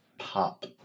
pop